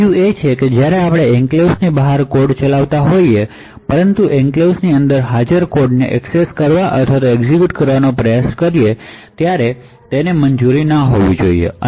બીજું તે છે જ્યારે તમે એન્ક્લેવ્સ ની બહાર કોડ ચલાવતા હોવ પરંતુ એન્ક્લેવ્સ ની અંદર હાજર કોડને એક્સેસ કરવા અથવા એક્ઝેક્યુટ કરવાનો પ્રયાસ કરો જેથી આને મંજૂરી ન હોવી જોઈએ